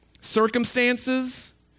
circumstances